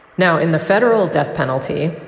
now, in the federal death penalty,